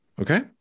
okay